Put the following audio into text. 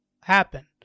happen